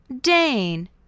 Dane